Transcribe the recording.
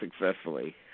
successfully